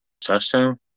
touchdown